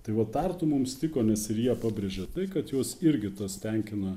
tai vat tartu mums tiko nes ir jie pabrėžė tai kad juos irgi tas tenkina